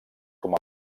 com